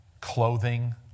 clothing